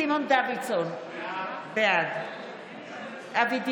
סימון דוידסון, בעד אבי דיכטר,